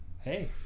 hey